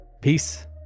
Peace